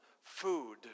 food